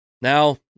Now